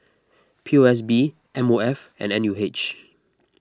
P O S B M O F and N U H